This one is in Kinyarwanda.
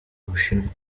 bushinwa